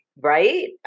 Right